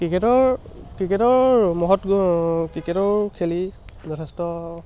ক্ৰিকেটৰ ক্ৰিকেটৰ মহৎ ক্ৰিকেটো খেলি যথেষ্ট